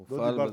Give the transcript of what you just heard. הוא הופעל בזמן.